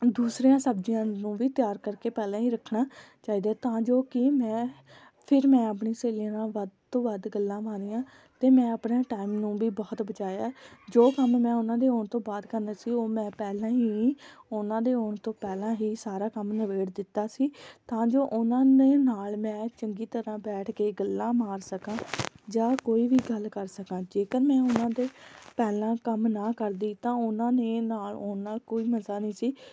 ਦੂਸਰੀਆਂ ਸਬਜ਼ੀਆਂ ਨੂੰ ਵੀ ਤਿਆਰ ਕਰਕੇ ਪਹਿਲਾਂ ਹੀ ਰੱਖਣਾ ਚਾਹੀਦਾ ਤਾਂ ਜੋ ਕਿ ਮੈਂ ਫਿਰ ਮੈਂ ਆਪਣੀ ਸਹੇਲੀ ਨਾਲ ਵੱਧ ਤੋਂ ਵੱਧ ਗੱਲਾਂ ਮਾਰੀਆਂ ਅਤੇ ਮੈਂ ਆਪਣੇ ਟਾਈਮ ਨੂੰ ਵੀ ਬਹੁਤ ਬਚਾਇਆ ਜੋ ਕੰਮ ਮੈਂ ਉਹਨਾਂ ਦੇ ਆਉਣ ਤੋਂ ਬਾਅਦ ਕਰਨਾ ਸੀ ਉਹ ਮੈਂ ਪਹਿਲਾਂ ਹੀ ਉਹਨਾਂ ਦੇ ਆਉਣ ਤੋਂ ਪਹਿਲਾਂ ਹੀ ਸਾਰਾ ਕੰਮ ਨਿਬੇੜ ਦਿੱਤਾ ਸੀ ਤਾਂ ਜੋ ਉਹਨਾਂ ਨੇ ਨਾਲ ਮੈਂ ਚੰਗੀ ਤਰ੍ਹਾਂ ਬੈਠ ਕੇ ਗੱਲਾਂ ਮਾਰ ਸਕਾਂ ਜਾਂ ਕੋਈ ਵੀ ਗੱਲ ਕਰ ਸਕਾਂ ਜੇਕਰ ਮੈਂ ਉਹਨਾਂ ਦੇ ਪਹਿਲਾਂ ਕੰਮ ਨਾ ਕਰਦੀ ਤਾਂ ਉਹਨਾਂ ਨੇ ਨਾਲ ਉਹਨਾਂ ਕੋਈ ਮਜ਼ਾ ਨਹੀਂ ਸੀ